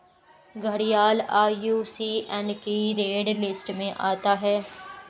घड़ियाल आई.यू.सी.एन की red list में आता है